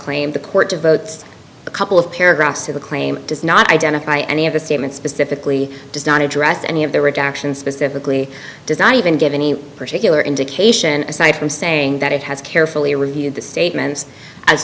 claim the court devotes a couple of paragraphs to the claim does not identify any of the statements specifically does not address any of the redactions specifically does not even give any particular indication aside from saying that it has carefully reviewed the statements as